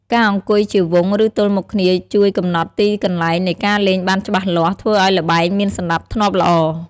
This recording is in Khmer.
ការអង្គុយជាវង់ ឬទល់មុខគ្នាជួយកំណត់ទីកន្លែងនៃការលេងបានច្បាស់លាស់ ធ្វើឱ្យល្បែងមានសណ្ដាប់ធ្នាប់ល្អ។